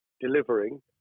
delivering